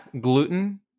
Gluten